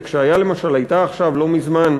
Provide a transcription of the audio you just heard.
כשהייתה, למשל, לא מזמן,